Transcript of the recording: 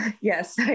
Yes